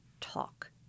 talk